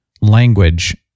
language